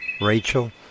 Rachel